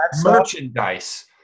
merchandise